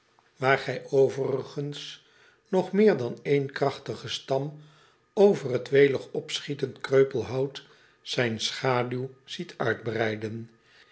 potlood eel gij overigens nog meer dan één krachtigen stam over het welig opschietend kreupelhout zijn schaduw ziet uitbreiden